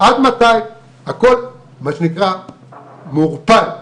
הכל מה שנקרא מעורפל.